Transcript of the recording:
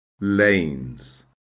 lanes